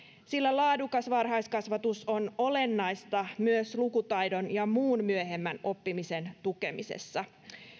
sillä laadukas varhaiskasvatus on olennaista myös lukutaidon ja muun myöhemmän oppimisen tukemisessa